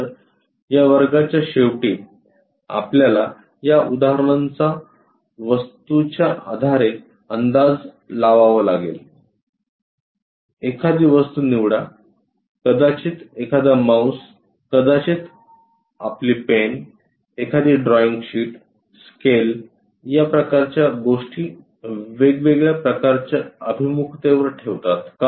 तर या वर्गाच्या शेवटी आपल्याला या उदाहरणांचा वस्तूच्या आधारे अंदाज लावावा लागेल एखादी वस्तू निवडा कदाचित एखादा माऊस कदाचित आपली पेन एखादी ड्रॉईंग शीट स्केल या प्रकारच्या गोष्टी वेगवेगळ्या प्रकारच्या अभिमुखतेवर ठेवतात